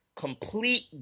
complete